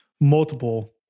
multiple